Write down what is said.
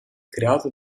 creato